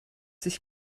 sich